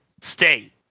stay